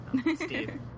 Steve